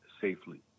safely